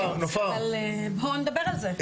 אבל בואו נדבר על זה.